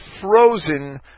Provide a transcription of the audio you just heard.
frozen